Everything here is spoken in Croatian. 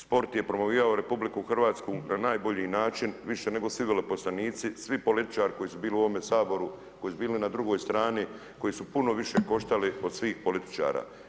Sport je promovirao Republiku Hrvatsku na najbolji način, više nego svi veleposlanici, svi političari koji su bili u ovome Saboru, koji su bili na drugoj strani, koji su puno više koštali od svih političara.